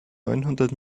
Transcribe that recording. neunhundert